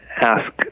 ask